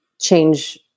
change